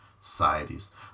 societies